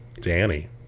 danny